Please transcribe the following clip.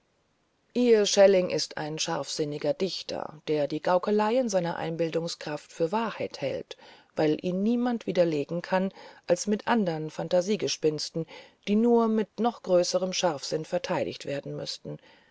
ihr schelling ist ein scharfsinniger dichter der die gaukeleien seiner einbildungskraft für wahrheit hält weil ihn niemand widerlegen kann als mit andern phantasiegespinsten die nur mit noch größerem scharfsinn verteidigt werden müßten